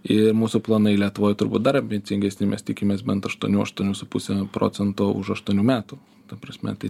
ir mūsų planai lietuvoj turbūt dar ambicingesni mes tikimės bent aštuonių aštuonių su puse procento už aštuonių metų ta prasme tai